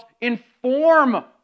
inform